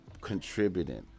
contributing